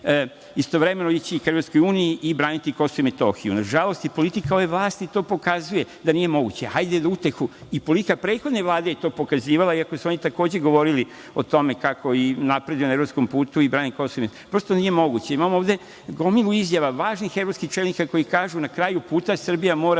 istovremeno ka EU i braniti Kosovo i Metohiju. Nažalost politika ove vlasti to pokazuje da nije moguće. Hajde za utehu, i politika prethodne Vlade je to pokazivala iako su oni takođe govorili o tome kako napreduju na evropskom putu i brane Kosovo. Prosto nije moguće. Imamo ovde gomilu izjava važnih evropskih čelnika koji kažu – na kraju puta Srbija mora